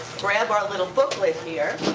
grab our little booklet here